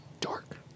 Dark